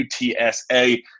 UTSA